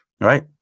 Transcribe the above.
Right